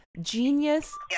genius